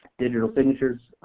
digital signatures,